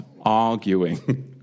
arguing